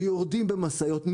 ויורדים במשאיות.